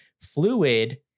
fluid